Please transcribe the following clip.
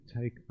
take